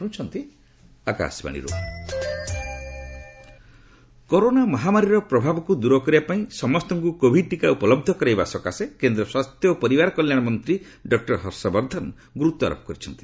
doctor Harshvardhan covid corona ମହାମାରୀର ପ୍ରଭାବକୁ ଦୂର କରିବା ପାଇଁ ସମସ୍ତଙ୍କୁ କୋଭିଡ ଟିକା ଉପଲବ୍ଧ କରାଇବା ସକାଶେ କେନ୍ଦ୍ର ସ୍ୱାସ୍ଥ୍ୟ ଓ ପରିବାର କଲ୍ୟାଣ ମନ୍ତ୍ରୀ ଡକ୍ଟର ହର୍ଷବର୍ଦ୍ଧନ ଗୁରୁତ୍ୱାରୋପ କରିଛନ୍ତି